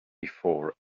before